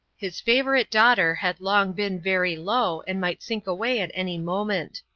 his favorite daughter had long been very low, and might sink away at any moment.